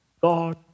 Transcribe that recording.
God